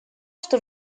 что